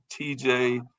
TJ